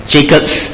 Jacob's